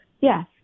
yes